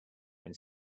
when